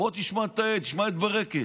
בוא תשמע את העד, תשמע את ברקת.